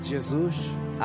Jesus